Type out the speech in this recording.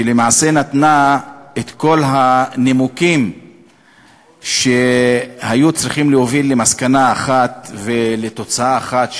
שלמעשה נתנה את כל הנימוקים שהיו צריכים להוביל למסקנה אחת ולתוצאה אחת,